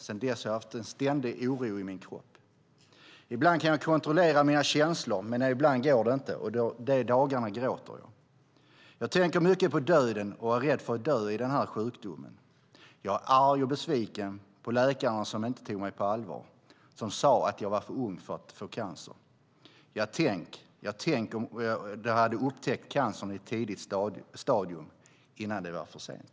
Sedan dess har jag haft en ständig oro i min kropp. Ibland kan jag kontrollera mina känslor, men ibland går det inte, och de dagarna gråter jag. Jag tänker mycket på döden och är rädd för att dö i den här sjukdomen. Jag är arg och besviken på läkarna som inte tog mig på allvar och som sade att jag var för ung för att få cancer. Tänk, ja tänk, om de upptäckt cancern i ett tidigt stadium, innan det var för sent.